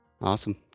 Awesome